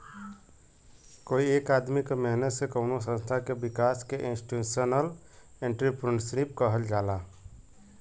कोई एक आदमी क मेहनत से कउनो संस्था क विकास के इंस्टीटूशनल एंट्रेपर्नुरशिप कहल जाला